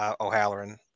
O'Halloran